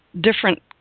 different